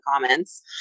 comments